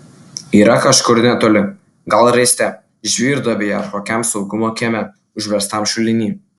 yra kažkur netoli gal raiste žvyrduobėje ar kokiam saugumo kieme užverstam šuliny